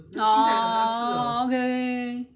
oo okay okay okay